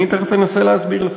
אני תכף אנסה להסביר לך.